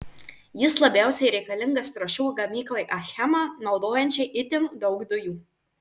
jis labiausiai reikalingas trąšų gamyklai achema naudojančiai itin daug dujų